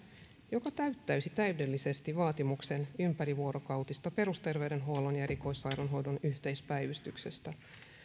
joka täyttäisi täydellisesti vaatimuksen ympärivuorokautisesta peruster veydenhuollon ja erikoissairaanhoidon yhteispäivystyksestä